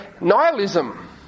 nihilism